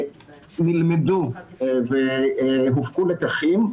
נלמדו והופקו לקחים,